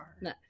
no